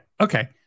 Okay